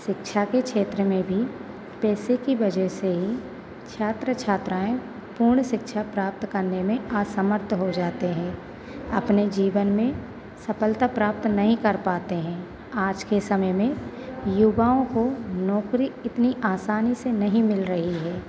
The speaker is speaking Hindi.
शिक्षा के क्षेत्र में भी पैसे की वजह से ही छात्र छात्राएं पूर्ण शिक्षा प्राप्त करने में असमर्थ हो जाते हैं आपने जीबन में सफ़लता प्राप्त नहीं कर पाते हैं आज के समय में युवाओं को नौकरी इतनी आसानी से नहीं मिल रही है